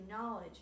knowledge